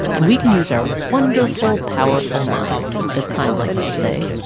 and we can use our wonderful, powerful, minds, as kein likes to say,